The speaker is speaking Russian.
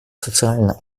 социально